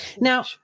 Now